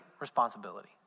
responsibility